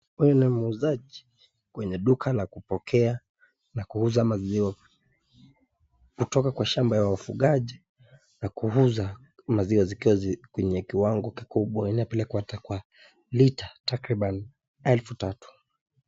Huyu ni muuzaji kwenye duka la kupokea na kuuza maziwa inatoka kwa shamba ya wafugaji na kuuza maziwa zikiwa kwenye kiwango kikubwa inapelekwa hata kwa lita takriban elfu tatu.